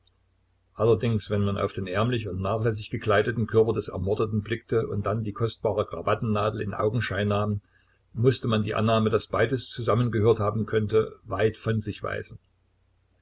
allerdings wenn man auf den ärmlich und nachlässig gekleideten körper des ermordeten blickte und dann die kostbare krawattennadel in augenschein nahm mußte man die annahme daß beides zusammengehört haben könnte weit von sich weisen